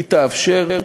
היא תאפשר,